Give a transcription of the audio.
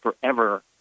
forever